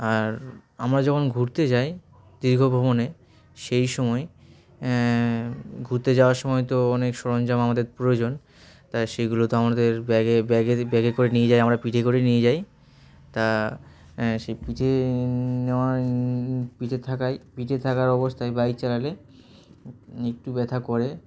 আর আমরা যখন ঘুরতে যাই দীর্ঘ ভ্রমণে সেই সময় ঘুরতে যাওয়ার সময় তো অনেক সরঞ্জাম আমাদের প্রয়োজন তা সেইগুলো তো আমাদের ব্যাগে ব্যাগে ব্যাগে করে নিয়ে যাই আমরা পিঠে করে নিয়ে যাই তা সেই পিঠে নেওয়ার পিঠে থাকায় পিঠে থাকার অবস্থায় বাইক চালালে একটু ব্যথা করে